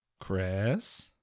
Chris